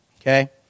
Okay